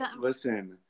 Listen